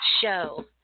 show